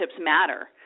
matter